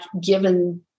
given